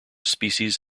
species